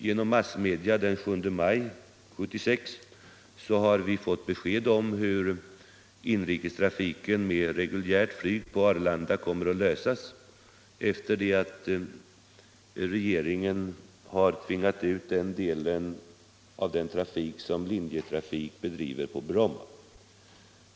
Genom massmedia har vi den 7 maj 1976 fått besked om hur inrikestrafiken med reguljärt flyg på Arlanda kommer att bedrivas efter det att regeringen har tvingat dit den delen av den trafik som Linjeflyg bedriver på Bromma.